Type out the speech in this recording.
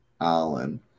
Allen